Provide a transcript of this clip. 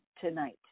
tonight